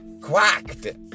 quacked